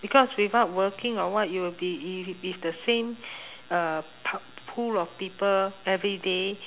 because without working or what you would be if be with the same uh p~ pool of people every day